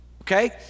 okay